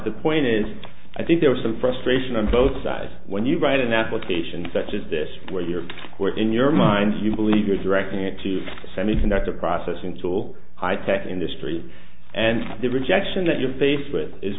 the point is i think there was some frustration on both sides when you write an application such as this where you were in your minds you believe you are directing it to semiconductor processing tool high tech industry and the rejection that you're faced with is